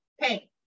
pay